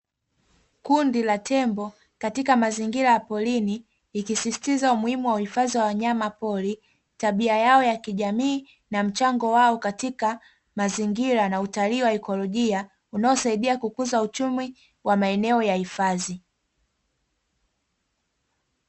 Kundi la tembo katika mazingira ya porini, ikisisitiza umuhimu wa hifadhi ya wanyama pori, tabia ya kijamii, na mchango wao katika mazingira na utalii wa ekolojia, unaosaidia kukuza uchumi wa maeneo ya hifadhi.